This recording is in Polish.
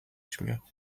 śmiechu